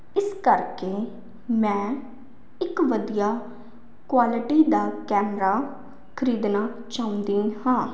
ਇਸ ਕਰਕੇ ਮੈਂ ਇੱਕ ਵਧੀਆ ਕੁਆਲਿਟੀ ਦਾ ਕੈਮਰਾ ਖਰੀਦਣਾ ਚਾਹੁੰਦੀ ਹਾਂ